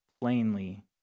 plainly